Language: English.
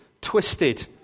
twisted